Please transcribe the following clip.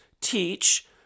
teach